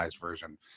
version